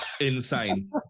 insane